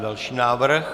Další návrh.